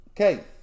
Okay